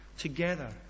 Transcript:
together